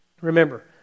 Remember